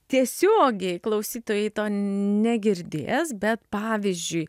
tiesiogiai klausytojai negirdės bet pavyzdžiui